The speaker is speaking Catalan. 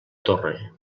torre